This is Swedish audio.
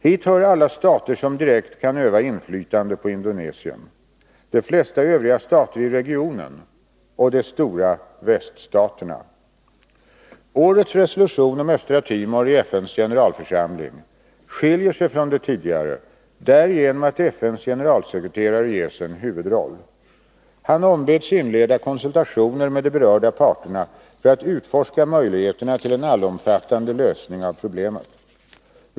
Hit hör alla stater som direkt kan öva inflytande på Indonesien — de flesta övriga stater i regionen och de stora väststaterna. Årets resolution om Östra Timor i FN:s generalförsamling skiljer sig från de tidigare därigenom att FN:s generalsekreterare ges en huvudroll. Han ombeds inleda konsultationer med de berörda parterna för att utforska möjligheterna till en allomfattande lösning av problemet.